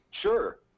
sure